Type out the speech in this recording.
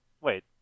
Wait